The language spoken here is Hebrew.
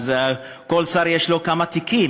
לכל שר יש כמה תיקים,